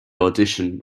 audition